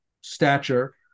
stature